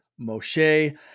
Moshe